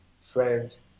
friends